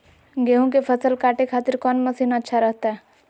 गेहूं के फसल काटे खातिर कौन मसीन अच्छा रहतय?